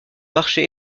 marché